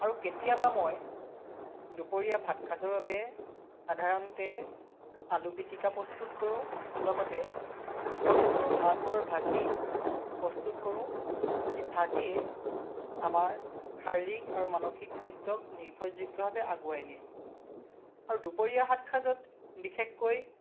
আৰু কেতিয়াবা মই দুপৰীয়া ভাত সাঁজৰ বাবে সাধাৰণতে আলু পিটিকা প্ৰস্তুত কৰোঁ লগতে সৰু সৰু মাছৰ ভাজি প্ৰস্তুত কৰোঁ যি ভাজিয়ে আমাৰ শাৰীৰিক আৰু মানসিক স্বাস্থ্যক নিৰ্ভৰযোগ্যভাৱে আগুৱাই নিয়ে আৰু দুপৰীয়া ভাত সাঁজত বিশেষকৈ